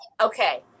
Okay